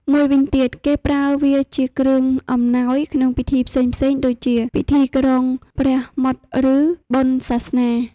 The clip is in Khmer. មួយវិញទៀត គេប្រើវាជាគ្រឿងអំណោយក្នុងពិធីផ្សេងៗ ដូចជា ពិធីគ្រងព្រះមុត្រ ឬបុណ្យសាសនា។